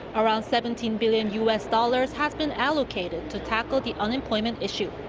around seventeen billion u s. dollars has been allocated to tackle the unemployment issue.